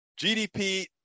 GDP